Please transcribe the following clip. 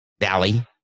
Valley